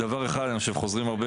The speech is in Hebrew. חוזרים הרבה